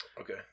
Okay